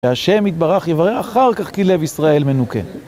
והשם יתברך, יברא אחר כך, כי לב ישראל מנוקה.